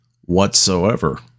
whatsoever